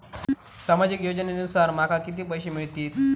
सामाजिक योजनेसून माका किती पैशे मिळतीत?